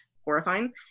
horrifying